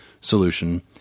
solution